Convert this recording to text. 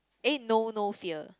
eh know no fear